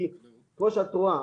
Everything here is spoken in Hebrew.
כי כמו שאת רואה,